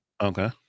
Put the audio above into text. Okay